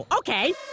Okay